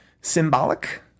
symbolic